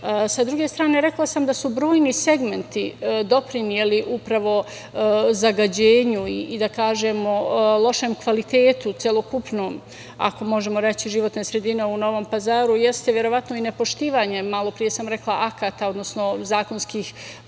druge strane, rekla sam da su brojni segmenti doprineli upravo zagađenju i lošem kvalitetu celokupnom, ako možemo reći, životne sredine u Novom Pazaru, jeste verovatno i nepoštivanje, malopre sam rekla, akata, odnosno zakonskih